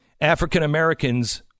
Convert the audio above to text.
African-Americans